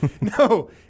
No